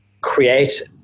create